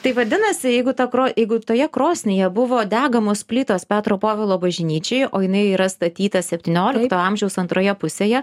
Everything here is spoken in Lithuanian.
tai vadinasi jeigu ta kro jeigu toje krosnyje buvo degamos plytos petro povilo bažnyčiai o jinai yra statyta septyniolikto amžiaus antroje pusėje